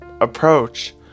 approach